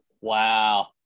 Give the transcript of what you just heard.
Wow